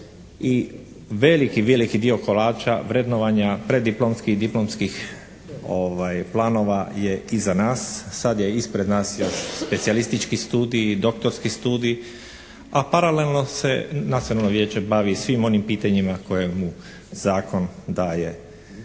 i veliki, veliki dio kolača vrednovanja preddiplomskih i diplomskih planova je iza nas, sad je ispred nas još specijalistički studij i doktorski studij, a paralelno se Nacionalno vijeće bavi svim onim pitanjima koje mu zakon daje